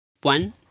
One